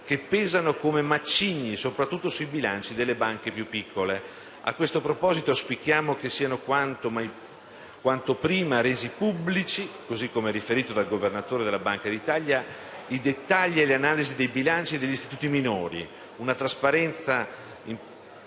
che pesano come macigni soprattutto sui bilanci delle banche più piccole. A questo proposito, auspichiamo che siano quanto prima resi pubblici, così come riferito dal Governatore della Banca d'Italia, i dettagli e le analisi dei bilanci degli istituti minori: una trasparenza auspicata